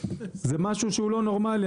זה משהו שהוא לא נורמלי.